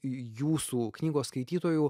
jūsų knygos skaitytojų